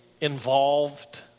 involved